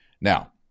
Now